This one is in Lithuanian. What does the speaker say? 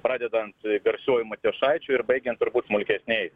pradedant garsiuoju matijošaičiu ir baigiant turbūt smulkesniais